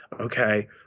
okay